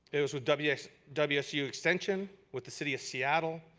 it was with wsu wsu extension, with the city of seattle,